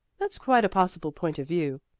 that's quite a possible point of view.